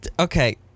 Okay